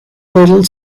little